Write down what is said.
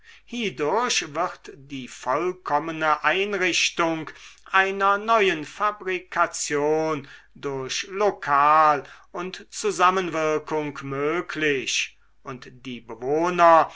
hiedurch wird die vollkommene einrichtung einer neuen fabrikation durch lokal und zusammenwirkung möglich und die bewohner